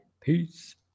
Peace